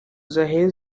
zahiye